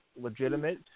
legitimate